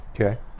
okay